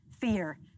fear